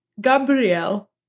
Gabrielle